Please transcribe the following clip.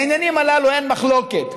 בעניינים הללו אין מחלוקת.